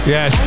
Yes